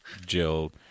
Jill